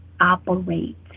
operate